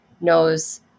knows